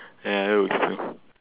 ya that works too